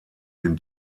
den